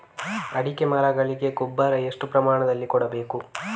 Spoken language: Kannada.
ಅಡಿಕೆ ಮರಗಳಿಗೆ ಗೊಬ್ಬರ ಎಷ್ಟು ಪ್ರಮಾಣದಲ್ಲಿ ಕೊಡಬೇಕು?